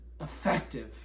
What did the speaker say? effective